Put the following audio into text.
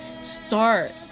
start